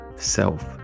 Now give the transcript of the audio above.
self